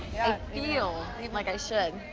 feel like i should.